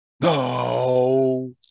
No